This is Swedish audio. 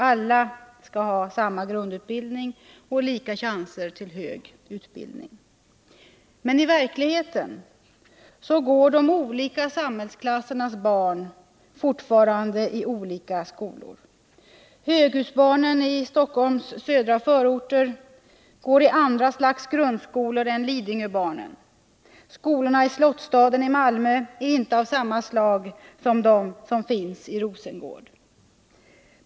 Alla skall ha samma grundutbildning och lika chanser till högre utbildning. I verkligheten går de olika samhällsklassernas barn fortfarande i olika skolor. Höghusbarnen i Stockholms södra förorter går i andra slags grundskolor än Lidingöbarnen. Skolorna i Slottsstaden i Malmö är inte av samma slag som de i Rosengård.